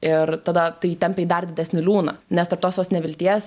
ir tada tai tempia į dar didesnį liūną nes tarp tosios nevilties